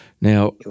Now